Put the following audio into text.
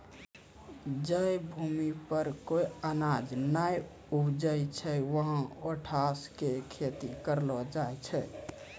जै भूमि पर कोय अनाज नाय उपजै छै वहाँ ओट्स के खेती करलो जाय छै